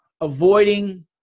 avoiding